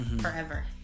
forever